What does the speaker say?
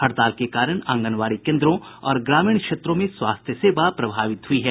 हड़ताल के कारण आंगनबाड़ी केन्द्रों और ग्रामीण क्षेत्रों में स्वास्थ्य सेवा प्रभावित हुई है